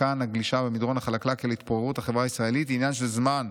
מכאן הגלישה במדרון החלקלק להתפוררות החברה הישראלית היא עניין של זמן.